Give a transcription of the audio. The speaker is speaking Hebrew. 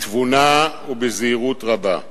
בתבונה ובזהירות רבה.